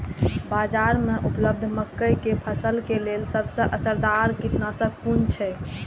बाज़ार में उपलब्ध मके के फसल के लेल सबसे असरदार कीटनाशक कुन छै?